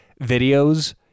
videos